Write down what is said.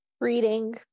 Reading